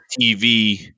TV